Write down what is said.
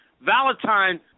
Valentine